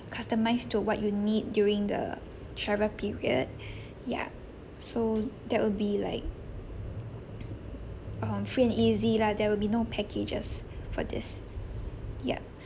customise to what you need during the travel period ya so that will be like um free and easy lah there will be no packages for this yup